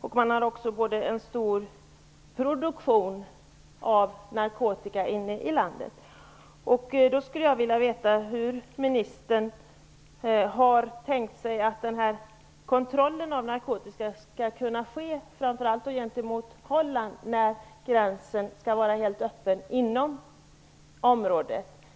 Det finns också en stor produktion av narkotika inne i landet. Jag skulle vilja veta hur ministern har tänkt sig att kontrollen av narkotika - framför allt gentemot Holland - skall ske när gränserna skall vara helt öppna inom området.